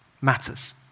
matters